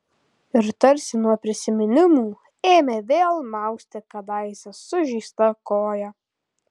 ir tarsi nuo prisiminimų ėmė vėl mausti kadaise sužeistą koją